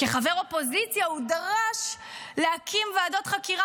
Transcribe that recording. כחבר אופוזיציה הוא דרש להקים ועדות חקירה